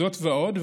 זאת ועוד,